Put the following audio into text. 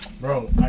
Bro